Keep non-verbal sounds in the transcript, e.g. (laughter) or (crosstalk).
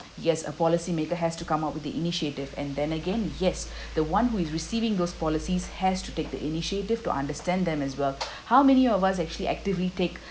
yes a policymaker has to come up with the initiative and then again yes (breath) the one who is receiving those policies has to take the initiative to understand them as well (breath) how many of us actually actively take